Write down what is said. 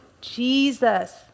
Jesus